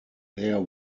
there